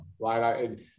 right